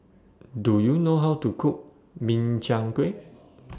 Do YOU know How to Cook Min Chiang Kueh